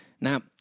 Now